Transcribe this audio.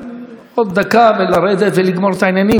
ולרדת ולגמור את העניינים בלי להשיב לכם,